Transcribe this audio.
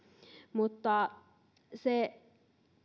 mutta se